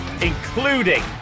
including